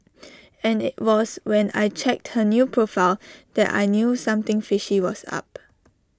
and IT was when I checked her new profile that I knew something fishy was up